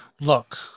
look